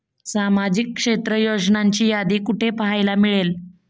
सामाजिक क्षेत्र योजनांची यादी कुठे पाहायला मिळेल?